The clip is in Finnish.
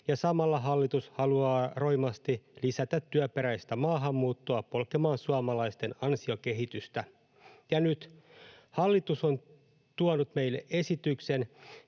Samalla hallitus haluaa roimasti lisätä työperäistä maahanmuuttoa polkemaan suomalaisten ansiokehitystä. Ja nyt hallitus on tuonut meille esityksen,